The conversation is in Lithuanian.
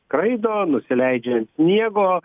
skraido nusileidžia ant sniego